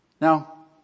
Now